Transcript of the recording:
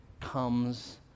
comes